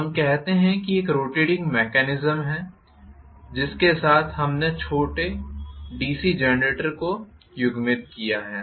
तो हम कहते है कि एक रोटेटिंग मेकेनिस्म हैं जिसके साथ हमने छोटे डीसी जनरेटर को युग्मित किया है